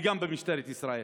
וגם במשטרת ישראל.